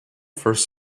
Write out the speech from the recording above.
first